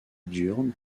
diurne